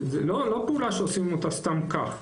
זו לא פעולה שעושים אותה סתם כך.